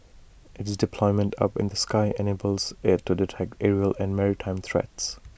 it's deployment up in the sky enables IT to detect aerial and maritime threats